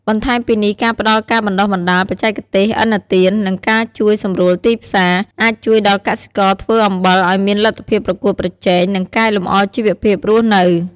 បន្ថែមពីនេះ ការផ្តល់ការបណ្តុះបណ្តាល បច្ចេកទេស ឥណទាន និងការជួយសម្រួលទីផ្សារ អាចជួយដល់កសិករធ្វើអំបិលឱ្យមានលទ្ធភាពប្រកួតប្រជែង និងកែលម្អជីវភាពរស់នៅ។